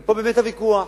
ופה באמת הוויכוח,